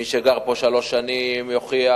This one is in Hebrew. מי שגר פה שלוש שנים יוכיח,